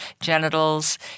genitals